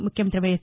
ముఖ్యమంతి వైఎస్